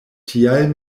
tial